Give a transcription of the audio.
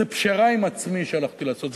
זו פשרה עם עצמי שהלכתי לעשות.